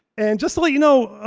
and just to let you know,